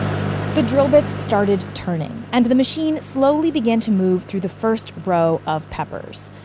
the drill bits started turning, and the machine slowly began to move through the first row of peppers.